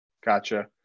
Gotcha